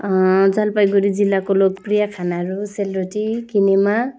जलपाइगुडी जिल्लाको लोकप्रिय खानाहरू सेलरोटी किनेमा